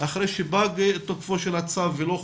אחרי שפג תוקפו של הצו ולא חודש,